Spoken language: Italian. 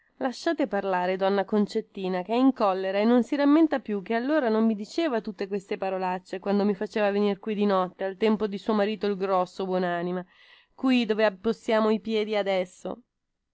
lasciate parlare donna concettina che è in collera e non si rammenta più che allora non mi diceva tutte queste parolacce quando mi faceva venire qui di notte al tempo di suo marito il grosso buonanima qui dove posiamo i piedi adesso